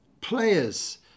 players